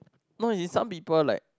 no it some people like